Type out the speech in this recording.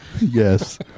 Yes